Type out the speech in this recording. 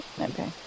Okay